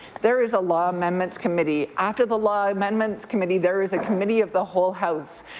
there is a law amendments committee. after the law amendments committee, there is a committee of the whole house.